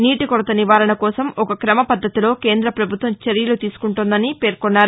నీటి కొరత నివారణ కోసం ఒక క్రమ పద్గతిలో కేంద్ర ప్రభుత్వం చర్యలు తీసుకుంటోందని పేర్కొన్నారు